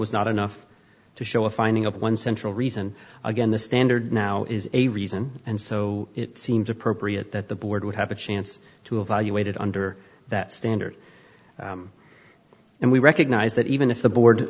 was not enough to show a finding of one central reason again the standard now is a reason and so it seems appropriate that the board would have a chance to evaluate it under that standard and we recognize that even if the board